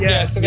Yes